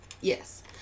Yes